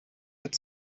mit